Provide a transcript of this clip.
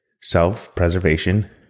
self-preservation